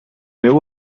meu